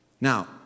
Now